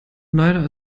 leider